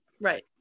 Right